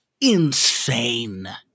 insane